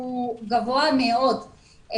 הוא גבוה מאוד.